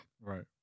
Right